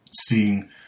seeing